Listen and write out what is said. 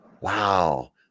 wow